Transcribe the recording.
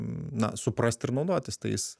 na suprasti ir naudotis tais